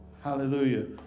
Hallelujah